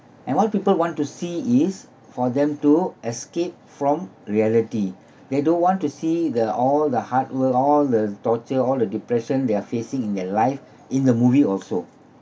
and what people want to see is for them to escape from reality they don't want to see the all the hard work all the torture all the depression they are facing in their life in the movie also